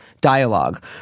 dialogue